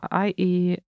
IE